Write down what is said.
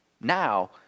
now